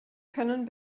können